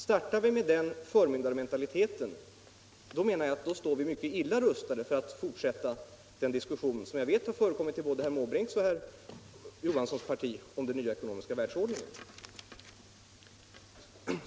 Startar vi med den förmyndarmentaliteten står vi mycket illa rustade för att fortsätta den diskussion som jag vet förekommit både i herr Måbrinks och herr Olof Johanssons parti om den nya ekonomiska världsordningen.